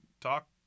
talk